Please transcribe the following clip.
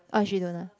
oh she don't ah